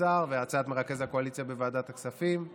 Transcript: השר והצעת מרכז הקואליציה בוועדת הכספים.